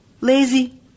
lazy